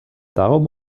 darum